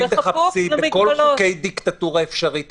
שאם תחפשי בכל חוקי דיקטטורה אפשרית,